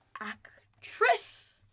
actress